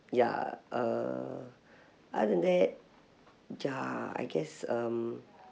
ya uh other than that ya I guess um